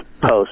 post